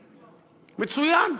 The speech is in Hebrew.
מצוין,